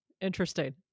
interesting